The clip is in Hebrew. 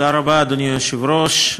אדוני היושב-ראש,